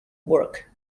work